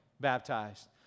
baptized